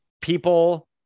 people